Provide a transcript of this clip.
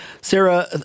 Sarah